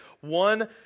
one